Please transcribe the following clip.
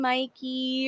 Mikey